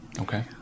Okay